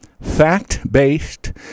fact-based